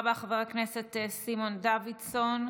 תודה רבה, חבר הכנסת סימון דוידסון.